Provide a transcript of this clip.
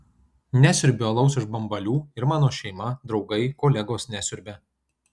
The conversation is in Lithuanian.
nesiurbiu alaus iš bambalių ir mano šeima draugai kolegos nesiurbia